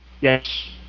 Yes